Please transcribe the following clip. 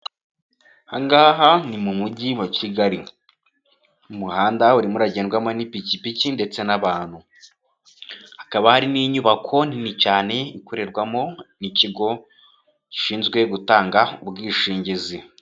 Aha ngaha ni mu mujyi wa Kigali, umuhanda urimo uragendwamo n'pikipiki ndetse n'abantu. Hakaba hari n'inyubako nini cyane ikorerwamo n'ikigo gishinzwe gutanga ubwishingizi.